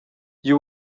you